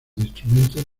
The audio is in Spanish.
instrumentos